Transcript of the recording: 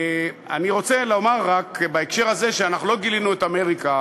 אני רוצה לומר רק בהקשר הזה שאנחנו לא גילינו את אמריקה,